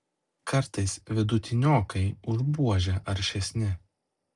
kartais vidutiniokai už buožę aršesni